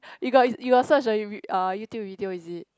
you got you got search the You uh YouTube video is it